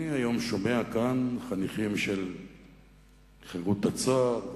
אני היום שומע כאן חניכים של "חרות הצה"ר"